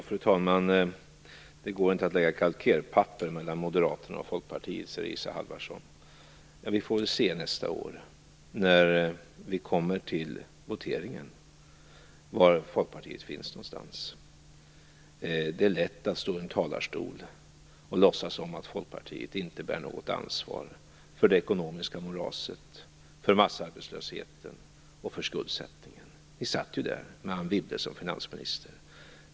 Fru talman! Det går inte att lägga kalkerpapper mellan Moderaterna och Folkpartiet, säger Isa Halvarsson. Vi får väl se nästa år, när vi kommer till votering, var Folkpartiet finns någonstans. Det är lätt att stå i en talarstol och låtsas som om Folkpartiet inte bär något ansvar för det ekonomiska moraset, för massarbetslösheten och för skuldsättningen. Ni satt ju där, med Anne Wibble som finansminister.